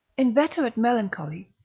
inveterate melancholy,